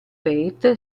fate